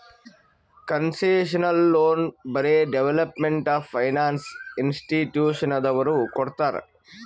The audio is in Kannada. ಕನ್ಸೆಷನಲ್ ಲೋನ್ ಬರೇ ಡೆವೆಲಪ್ಮೆಂಟ್ ಆಫ್ ಫೈನಾನ್ಸ್ ಇನ್ಸ್ಟಿಟ್ಯೂಷನದವ್ರು ಕೊಡ್ತಾರ್